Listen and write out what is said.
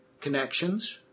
connections